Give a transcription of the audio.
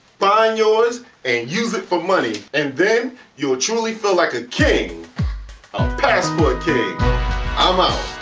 find yours and use it for money! and then you'll truly feel like a king apassport king i'm out.